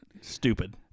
Stupid